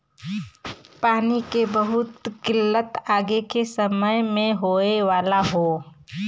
पानी के बहुत किल्लत आगे के समय में होए वाला हौ